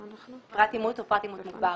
מתייחסת לפרט אימות או לאפרט אימות מוגבר?